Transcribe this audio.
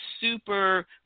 super